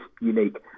unique